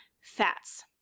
fats